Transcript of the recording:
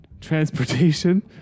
transportation